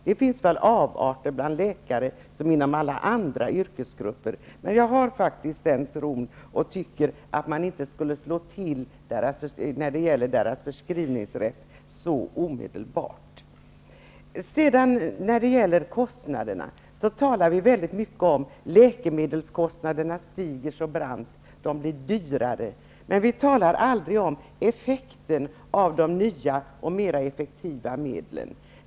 Det finns avarter bland läkare liksom bland alla andra yrkesgrupper. Men jag har den tilltron, och jag tycker att man inte skall slå till omedelbart när det gäller läkarnas förskrivningsrätt. När det sedan gäller kostnaderna talar vi väldigt mycket om att läkemedelskostnaderna stiger brant och att läkemedlen blir dyrare. Men vi talar aldrig om effekten av de nya och mer effektiva medlen.